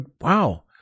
wow